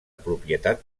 propietat